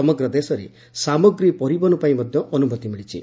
ସମଗ୍ର ଦେଶରେ ସାମଗ୍ରୀ ପରିବହନ ପାଇଁ ମଧ୍ୟ ଅନୁମତି ମିଳିଛି